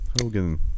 Hogan